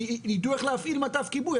שידעו איך להפעיל מטף כיבוי.